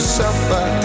suffer